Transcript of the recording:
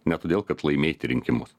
ne todėl kad laimėti rinkimus